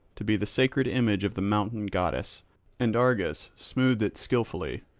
to be the sacred image of the mountain goddess and argus smoothed it skilfully,